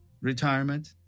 retirement